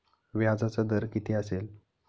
व्याजाचा दर किती असेल?